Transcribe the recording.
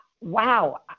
wow